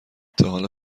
تاحالا